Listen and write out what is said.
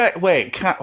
Wait